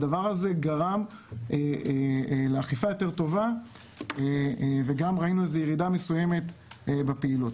הדבר הזה גרם לאכיפה יותר טובה וראינו גם ירידה מסוימת בפעילות.